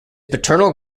paternal